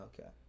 Okay